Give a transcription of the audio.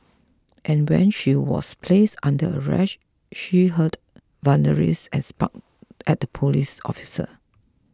and when she was placed under arrest she hurled and spat at the police officers